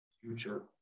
future